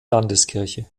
landeskirche